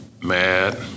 mad